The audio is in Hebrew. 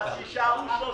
אז שיישארו 300 הסתייגויות.